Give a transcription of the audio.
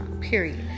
Period